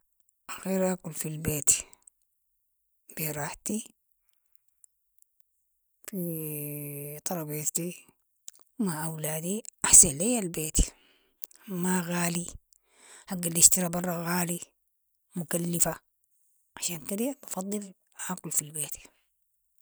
اخير اكل في البيت، بي راحتي في طربيظتي مع أولادي، أحسن لي البيت و ما غالي حق الاشترا برا غالي، مكلفة، عشان كدي بفضل أكل في البيت.